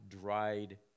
dried